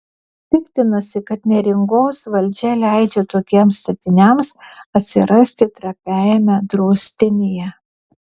piktinosi kad neringos valdžia leidžia tokiems statiniams atsirasti trapiajame draustinyje